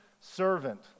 servant